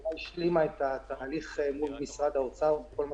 החברה השלימה את התהליך מול משרד האוצר בכל מה